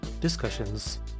discussions